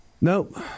Nope